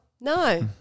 No